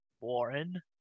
Warren